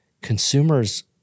consumers